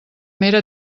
mera